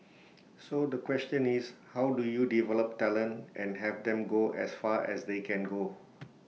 so the question is how do you develop talent and have them go as far as they can go